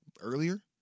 Earlier